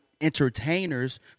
entertainers